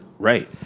Right